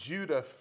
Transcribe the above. Judah